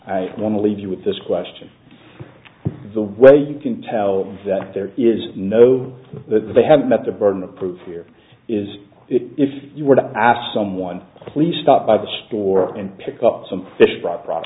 i want to leave you with this question the way you can tell is that there is no that they have met the burden of proof here is if you were to ask someone please stop by the store and pick up some fish brought pro